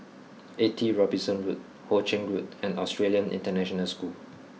eighty Robinson Road Ho Ching Road and Australian International School